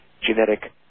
genetic